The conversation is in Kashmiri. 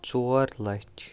ژور لَچھ